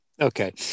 Okay